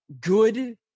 good